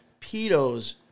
Pedos